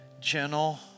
gentle